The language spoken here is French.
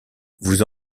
vous